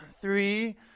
three